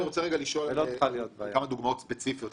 אני רוצה לשאול על כמה דוגמאות ספציפיות,